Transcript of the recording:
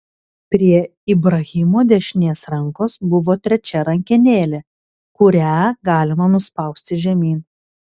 prie ibrahimo dešinės rankos buvo trečia rankenėlė kurią galima nuspausti žemyn